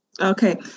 Okay